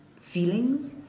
feelings